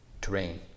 terrain